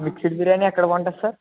mixed biryani ఎక్కడ బాగుంటుంది sir